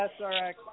SRX